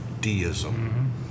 deism